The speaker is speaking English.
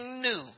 new